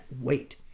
wait